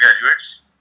graduates